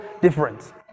different